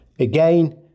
Again